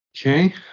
Okay